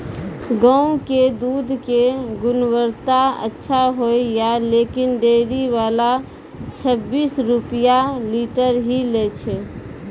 गांव के दूध के गुणवत्ता अच्छा होय या लेकिन डेयरी वाला छब्बीस रुपिया लीटर ही लेय छै?